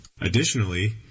Additionally